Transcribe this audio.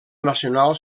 nacional